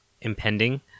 impending